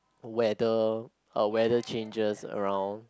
weather uh weather changes around